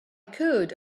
could